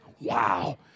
Wow